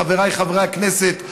חבריי חברי הכנסת,